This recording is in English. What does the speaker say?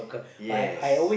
yes